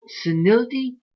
senility